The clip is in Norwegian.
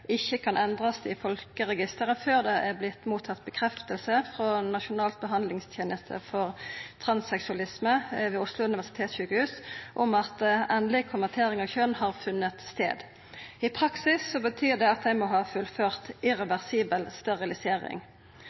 ikkje kan endrast i folkeregisteret før det er vorte mottatt ei stadfesting frå Nasjonal behandlingsteneste for transseksualisme ved Oslo universitetssjukehus om at endeleg konvertering av kjønn har funne stad. I praksis betyr det at dei må ha fullført irreversibel sterilisering.